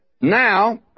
Now